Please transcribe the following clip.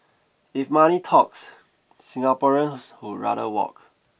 if money talks Singaporeans would rather walk